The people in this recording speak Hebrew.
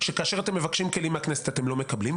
שכאשר אתם מבקשים כלים מהכנסת אתם לא מקבלים,